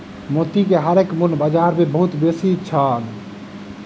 मोती के हारक मूल्य बाजार मे बहुत बेसी छल